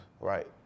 Right